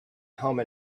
home